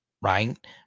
right